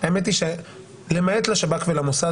האמת היא שלמעט לשב"כ ולמוסד,